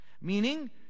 meaning